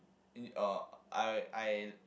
uh I I